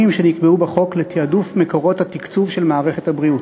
שנקבעו בחוק לתעדוף מקורות התקצוב של מערכת הבריאות.